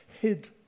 hid